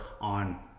on